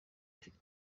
eshatu